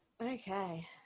okay